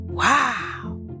Wow